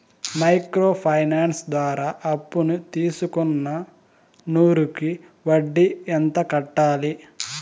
Micro finance ద్వారా అప్పును తీసుకున్న నూరు కి వడ్డీ ఎంత కట్టాలి?